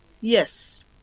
Yes